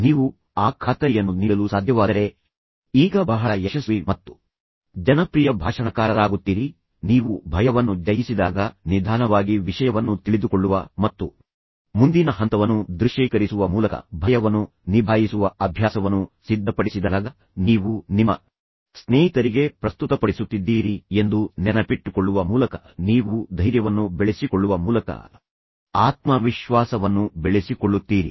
ನೀವು ಆ ಖಾತರಿಯನ್ನು ನೀಡಲು ಸಾಧ್ಯವಾದರೆ ಈಗ ಬಹಳ ಯಶಸ್ವಿ ಮತ್ತು ಜನಪ್ರಿಯ ಭಾಷಣಕಾರರಾಗುತ್ತೀರಿ ನೀವು ಭಯವನ್ನು ಜಯಿಸಿದಾಗ ನಿಧಾನವಾಗಿ ವಿಷಯವನ್ನು ತಿಳಿದುಕೊಳ್ಳುವ ಮತ್ತು ಮುಂದಿನ ಹಂತವನ್ನು ದೃಶ್ಯೀಕರಿಸುವ ಮೂಲಕ ಭಯವನ್ನು ನಿಭಾಯಿಸುವ ಅಭ್ಯಾಸವನ್ನು ಸಿದ್ಧಪಡಿಸಿದಾಗ ನೀವು ನಿಮ್ಮ ಸ್ನೇಹಿತರಿಗೆ ಪ್ರಸ್ತುತಪಡಿಸುತ್ತಿದ್ದೀರಿ ಎಂದು ನೆನಪಿಟ್ಟುಕೊಳ್ಳುವ ಮೂಲಕ ನೀವು ಧೈರ್ಯವನ್ನು ಬೆಳೆಸಿಕೊಳ್ಳುವ ಮೂಲಕ ಆತ್ಮವಿಶ್ವಾಸವನ್ನು ಬೆಳೆಸಿಕೊಳ್ಳುತ್ತೀರಿ